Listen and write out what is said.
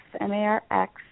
M-A-R-X